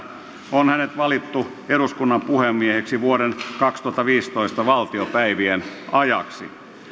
on hänet valittu eduskunnan puhemieheksi vuoden kaksituhattaviisitoista valtiopäivien ajaksi